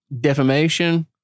defamation